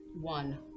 One